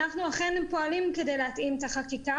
אנחנו אכן פועלים כדי להתאים את החקיקה